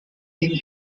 king